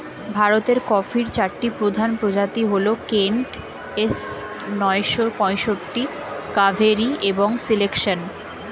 ভারতের কফির চারটি প্রধান প্রজাতি হল কেন্ট, এস নয়শো পঁয়ষট্টি, কাভেরি এবং সিলেকশন